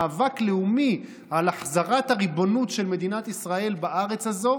מאבק לאומי על החזרת הריבונות של מדינת ישראל בארץ הזאת,